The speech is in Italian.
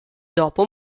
dopo